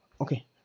Okay